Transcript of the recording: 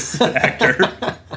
actor